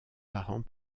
parents